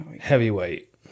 heavyweight